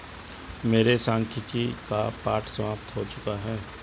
मेरे सांख्यिकी का पाठ समाप्त हो चुका है